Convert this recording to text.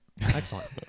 Excellent